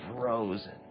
frozen